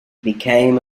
became